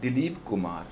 Dilip Kumar